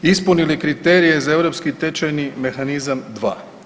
Ispunili kriterije za europski tečajni mehanizam dva.